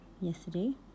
yesterday